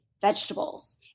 vegetables